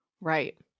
Right